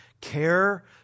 care